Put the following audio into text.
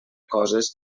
coses